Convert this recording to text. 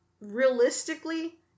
realistically